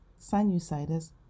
sinusitis